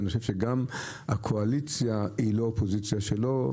אני חושב שגם הקואליציה היא לא אופוזיציה שלו,